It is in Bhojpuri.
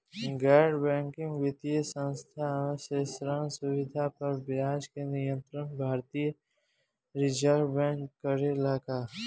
गैर बैंकिंग वित्तीय संस्था से ऋण सुविधा पर ब्याज के नियंत्रण भारती य रिजर्व बैंक करे ला का?